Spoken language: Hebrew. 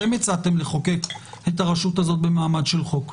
אתם הצעתם לחוקק את הרשות הזאת במעמד של חוק,